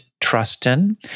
Trustin